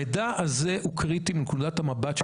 המידע הזה הוא קריטי מנקודת המבט של